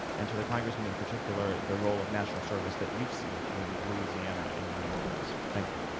and to the congressman in particular, the role of national service that you've seen in louisiana and in new orleans? thank you.